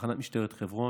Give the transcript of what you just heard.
תחנת משטרת חברון.